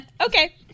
okay